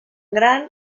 gran